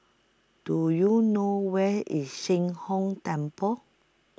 Do YOU know Where IS Sheng Hong Temple